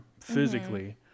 physically